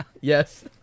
Yes